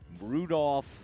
Rudolph